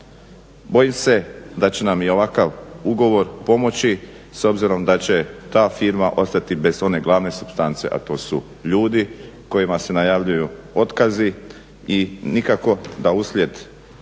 Bojim se da će nam i ovakav ugovor pomoći s obzirom da će ta firma ostati bez one glavne supstance, a to su ljudi kojima se najavljuju otkazi i nikako da uslijed propale